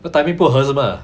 the timing 不合是 mah